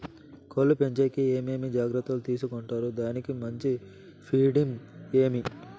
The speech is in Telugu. కోళ్ల పెంచేకి ఏమేమి జాగ్రత్తలు తీసుకొంటారు? దానికి మంచి ఫీడింగ్ ఏమి?